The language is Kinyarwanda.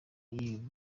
y’ibi